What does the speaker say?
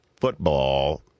football